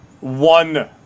one